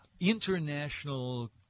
international